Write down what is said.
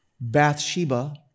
Bathsheba